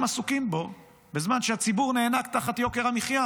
עסוקים בו בזמן שהציבור נאנק תחת יוקר המחיה